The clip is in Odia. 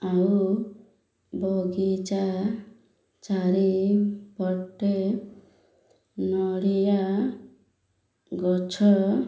ଆଉ ବଗିଚା ଚାରି ପଟେ ନଡ଼ିଆ ଗଛ